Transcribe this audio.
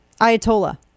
Ayatollah